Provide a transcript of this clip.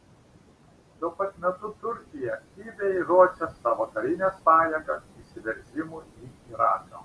tuo pat metu turkija aktyviai ruošia savo karines pajėgas įsiveržimui į iraką